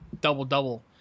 double-double